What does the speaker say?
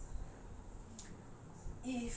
my question will be this